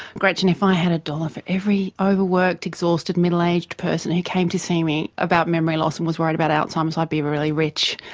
gretchen, if i had a dollar for every overworked exhausted middle-aged person who came to see me about memory loss and was worried about alzheimer's, i'd be really rich.